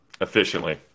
efficiently